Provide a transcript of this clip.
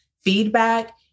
feedback